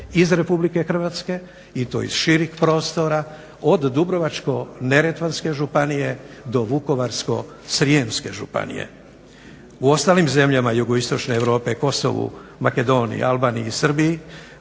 iz RH i to iz širih prostora od Dubrovačko-neretvanske županije do Vukovarsko-srijemske županije. U ostalim zemljama Jugoistočne Europe Kosovu, Makedoniji, Albaniji i Srbiji